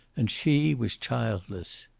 and she was childless.